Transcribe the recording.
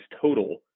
total